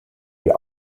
die